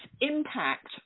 impact